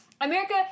America